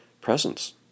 presence